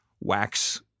wax